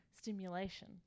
stimulation